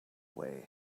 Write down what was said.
way